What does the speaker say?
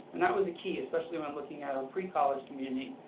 and that was a key, especially when looking at our precollege community,